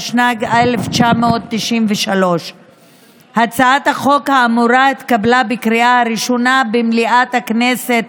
התשנ"ג 1993. הצעת החוק האמורה התקבלה בקריאה ראשונה במליאת הכנסת